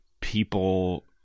people